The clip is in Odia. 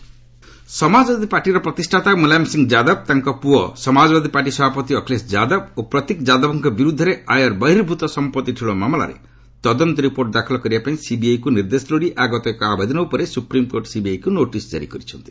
ଏସ୍ସି ସିବିଆଇ ସମାଜବାଦୀ ପାର୍ଟିର ପ୍ରତିଷ୍ଠାତା ମୁଲାୟମ୍ ସିଂ ଯାଦବ ତାଙ୍କ ପୁଅ ସମାଜବାଦୀ ପାର୍ଟି ସଭାପତି ଅଖିଳେଶ ଯାଦବ ଓ ପ୍ରତୀକ୍ ଯାଦବଙ୍କ ବିରୁଦ୍ଧରେ ଆୟ ବହିର୍ଭୁତ ସମ୍ପତ୍ତି ଠୁଳ ମାମଲାରେ ତଦନ୍ତ ରିପୋର୍ଟ ଦାଖଲ କରିବାପାଇଁ ସିବିଆଇକୁ ନିର୍ଦ୍ଦେଶ ଲୋଡ଼ି ଆଗତ ଏକ ଆବେଦନ ଉପରେ ସୁପ୍ରିମ୍କୋର୍ଟ ସିବିଆଇକୁ ନୋଟିସ୍ ଜାରି କରିଛନ୍ତି